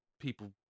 people